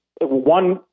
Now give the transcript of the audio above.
one